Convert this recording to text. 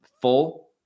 full